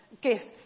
gifts